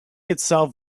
itself